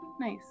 Nice